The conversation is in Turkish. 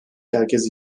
herkes